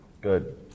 Good